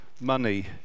money